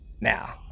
Now